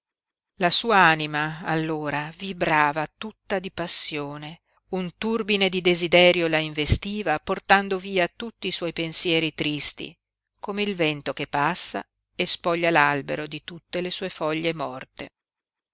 la sua anima allora vibrava tutta di passione un turbine di desiderio la investiva portando via tutti i suoi pensieri tristi come il vento che passa e spoglia l'albero di tutte le sue foglie morte